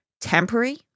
temporary